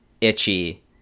Itchy